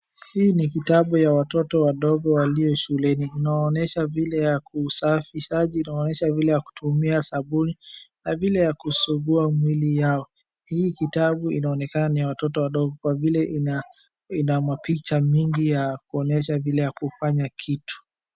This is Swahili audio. Hii ni kitabu ya watoto wadogo walio shuleni. Inawaonyesha vile ya kusafishaji, inawaonyesha vile ya kutumia sabuni, na vile ya kusugua mwili yao. Hii kitabu inaonekana ni ya watoto wadogo kwa vile ina, ina mapicha mingi ya kuonyesha vile ya kufanya kitu.